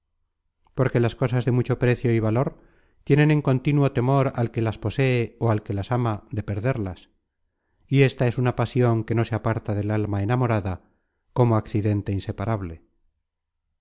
porque las cosas de mucho precio y valor tienen en contínuo temor al que las posee ó al que las ama de perderlas y ésta es una pasion que no se aparta del alma enamorada como accidente inseparable